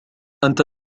أنت